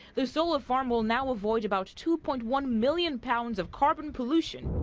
the solar farm will now avoid about two point one million pounds of carbon pollution.